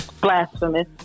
Blasphemous